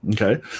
okay